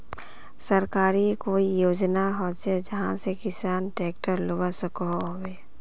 सरकारी कोई योजना होचे जहा से किसान ट्रैक्टर लुबा सकोहो होबे?